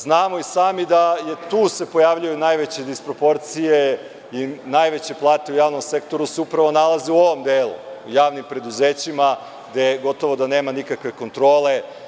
Znamo i sami da se tu pojavljuju najveće disproporcije i najveće plate u javnom sektoru se upravo nalaze u ovom delu, u javnim preduzećima gde gotovo da nema nikakve kontrole.